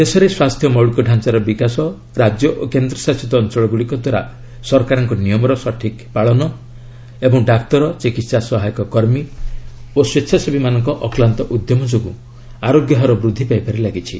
ଦେଶରେ ସ୍ୱ୍ୟାସ୍ଥ୍ୟ ମୌଳିକ ଢାଞ୍ଚାର ବିକାଶ ରାଜ୍ୟ ଓ କେନ୍ଦ୍ରଶାସିତ ଅଞ୍ଚଳଗୁଡ଼ିକ ଦ୍ୱାରା ସରକାରଙ୍କ ନିୟମର ସଠିକ୍ ପାଳନ ଓ ଡାକ୍ତର ଚିକିତ୍ସା ସହାୟକ କର୍ମୀ ଏବଂ ସ୍ୱେଚ୍ଛାସେବୀମାନଙ୍କ ଅକ୍ଲାନ୍ତ ଉଦ୍ୟମ ଯୋଗୁଁ ଆରୋଗ୍ୟ ହାର ବୃଦ୍ଧି ପାଇବାରେ ଲାଗିଛି